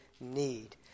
need